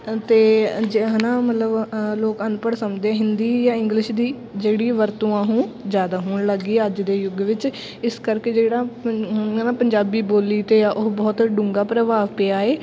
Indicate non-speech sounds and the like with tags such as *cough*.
ਅਤੇ ਜ ਹੈ ਨਾ ਮਤਲਬ ਲੋਕ ਅਨਪੜ੍ਹ ਸਮਝਦੇ ਹਿੰਦੀ ਜਾਂ ਇੰਗਲਿਸ਼ ਦੀ ਜਿਹੜੀ ਵਰਤੋਂ ਆ ਉਹ ਜ਼ਿਆਦਾ ਹੋਣ ਲੱਗੀ ਅੱਜ ਦੇ ਯੁੱਗ ਵਿੱਚ ਇਸ ਕਰਕੇ ਜਿਹੜਾ *unintelligible* ਪੰਜਾਬੀ ਬੋਲੀ 'ਤੇ ਆ ਉਹ ਬਹੁਤ ਡੂੰਘਾ ਪ੍ਰਭਾਵ ਪਿਆ ਏ